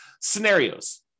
scenarios